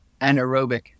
anaerobic